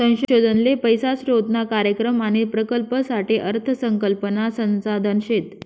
संशोधन ले पैसा स्रोतना कार्यक्रम आणि प्रकल्पसाठे अर्थ संकल्पना संसाधन शेत